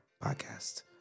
podcast